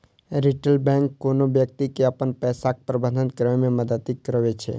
retail bank कोनो व्यक्ति के अपन पैसाक प्रबंधन करै मे मदति करै छै